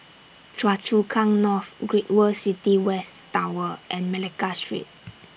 Choa Chu Kang North Great World City West Tower and Malacca Street